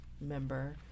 member